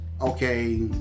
okay